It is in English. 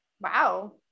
wow